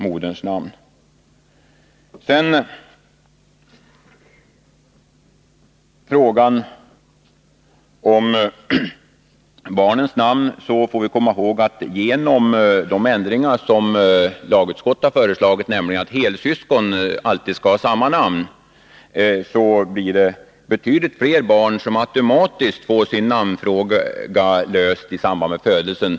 När det gäller frågan om barnens namn får vi vidare komma ihåg att det — genom de ändringar lagutskottet har föreslagit och som innebär att helsyskon alltid skall ha samma namn — blir fler barn som automatiskt får sin namnfråga löst i samband med födelsen.